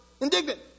Indignant